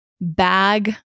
bag